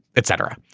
etc.